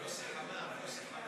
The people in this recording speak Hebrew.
יוסי חמאמה.